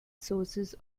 sources